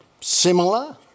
similar